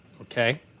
Okay